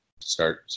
start